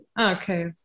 Okay